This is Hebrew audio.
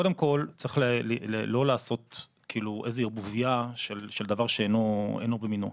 קודם כל צריך לא לעשות איזו ערבוביה של דבר שאינו במינו.